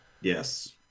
Yes